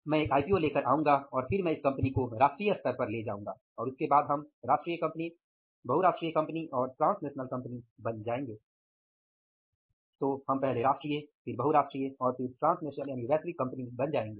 मैं एक आईपीओ लेकर आऊंगा और फिर मैं इस कंपनी को राष्ट्रीय स्तर पर ले जाऊंगा और उसके बाद हम राष्ट्रीय कंपनी बहुराष्ट्रीय कंपनी और ट्रांसनेशनल कंपनी बन जाएंगे